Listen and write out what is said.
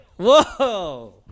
Whoa